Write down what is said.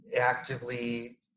actively